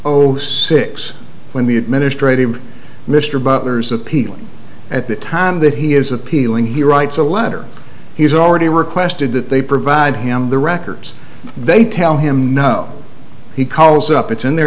zero six when the administrative mr butler's appealing at the time that he is appealing he writes a letter he's already requested that they provide him the records they tell him no he calls up it's in their